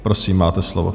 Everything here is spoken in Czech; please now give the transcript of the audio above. Prosím, máte slovo.